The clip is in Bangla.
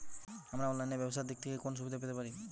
আমরা অনলাইনে ব্যবসার দিক থেকে কোন সুবিধা পেতে পারি?